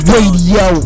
Radio